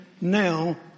now